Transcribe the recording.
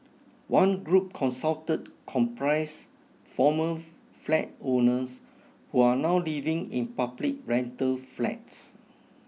one group consulted comprise former flat owners who are now living in public rental flats